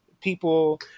people